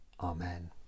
Amen